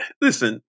listen